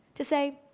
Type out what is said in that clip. to say,